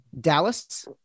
Dallas